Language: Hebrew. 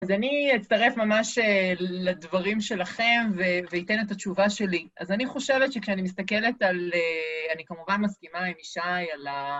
אז אני אצטרף ממש לדברים שלכם, ואתן את התשובה שלי. אז אני חושבת שכשאני מסתכלת על... אני כמובן מסכימה עם ישי על ה...